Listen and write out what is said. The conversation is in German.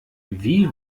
wie